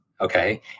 okay